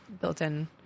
built-in